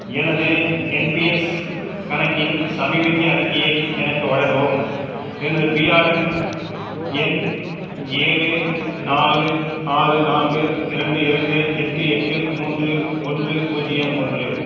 எனது என்பிஎஸ் கணக்கின் சமீபத்திய அறிக்கையை எனக்கு வழங்கவும் எனது பிஆர்என் எண் ஏழு நாலு ஆறு நான்கு இரண்டு இரண்டு எட்டு எட்டு மூன்று ஒன்று பூஜ்ஜியம் ஒன்று